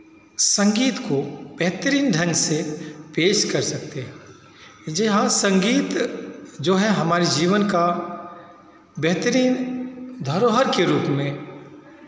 संगीत को बेहतरीन ढंग से पेश कर सकते हैं जी हाँ संगीत जो है हमारे जीवन का बेहतरीन धरोहर के रूप में